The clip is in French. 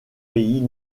pays